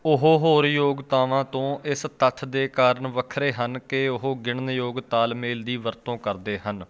ਉਹ ਹੋਰ ਯੋਗਤਾਵਾਂ ਤੋਂ ਇਸ ਤੱਥ ਦੇ ਕਾਰਨ ਵੱਖਰੇ ਹਨ ਕਿ ਉਹ ਗਿਣਨਯੋਗ ਤਾਲਮੇਲ ਦੀ ਵਰਤੋਂ ਕਰਦੇ ਹਨ